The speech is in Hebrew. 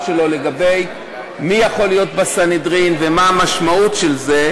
שלו לגבי מי יכול להיות בסנהדרין ומה המשמעות של זה,